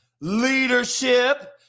leadership